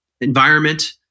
environment